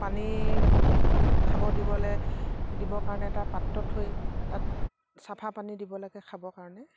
পানী খাব দিবলৈ দিবৰ কাৰণে এটা পাত্ৰ থৈ তাত চাফা পানী দিব লাগে খাবৰ কাৰণে